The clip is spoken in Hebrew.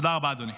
תודה רבה, אדוני.